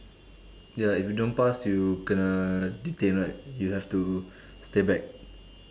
ya if you don't pass you kena detain right you have to stay back